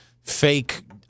fake